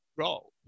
role